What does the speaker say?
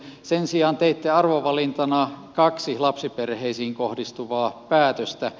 sen sijaan teitte arvovalintana kaksi lapsiperheisiin kohdistuvaa päätöstä